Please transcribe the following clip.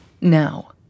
Now